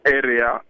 area